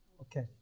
Okay